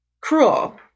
cruel